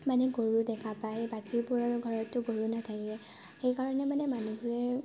মানে গৰু দেখা পাই বাকীবোৰৰ ঘৰতো গৰু নাথাকে সেইকাৰণে মানে মানুহবোৰে